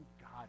God